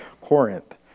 Corinth